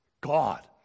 God